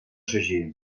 sagí